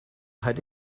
had